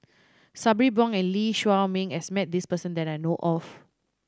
Sabri Buang and Lee Shao Meng has met this person that I know of